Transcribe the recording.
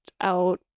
out